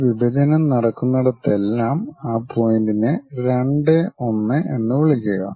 ഈ വിഭജനം നടക്കുന്നിടത്തെല്ലാം ആ പോയിന്റിനെ 2 1 എന്ന് വിളിക്കുക